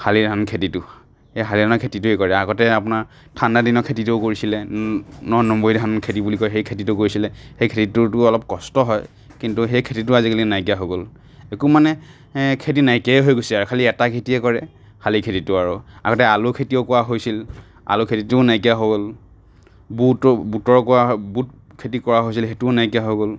শালি ধান খেতিটো এই শালি ধানৰ খেতিটোৱে কৰে আগতে আপোনাৰ ঠাণ্ডা দিনৰ খেতিতো কৰিছিলে ন নম্বৰি ধান খেতি বুলি কয় সেই খেতিটো কৰিছিলে সেই খেতিটোত অলপ কষ্ট হয় কিন্তু সেই খেতিতো আজিকালি নাইকিয়া হৈ গ'ল একো মানে খেতি নাইকিয়াই হৈ গৈছে আৰু খালি এটা খেতিয়ে কৰে শালি খেতিটো আৰু আগতে আলু খেতিও কৰা হৈছিল আলু খেতিটোও নাইকিয়া হ'ল বুট বুটৰ কৰা বুট খেতি কৰা হৈছিল সেইটোও নাইকিয়া হৈ গ'ল